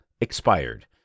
expired